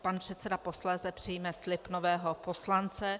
Pan předseda posléze přijme slib nového poslance.